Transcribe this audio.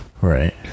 right